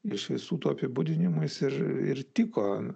iš visų tų apibūdinimų jis ir ir tiko